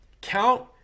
count